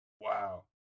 Wow